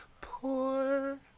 poor